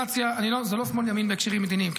זה לא שמאל ימין בהקשרים מדיניים,